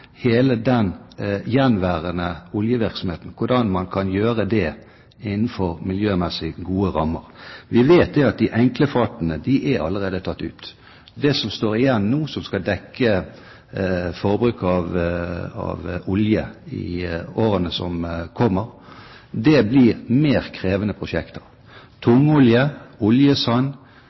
hele den gjenværende oljevirksomheten hvordan man kan gjøre det innenfor miljømessig gode rammer. Vi vet at de enkle fatene allerede er tatt ut. Det som står igjen nå, som skal dekke forbruket av olje i årene som kommer, blir mer krevende prosjekter – tungolje, oljesand,